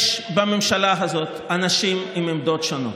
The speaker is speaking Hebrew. יש בממשלה הזאת אנשים עם עמדות שונות.